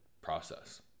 process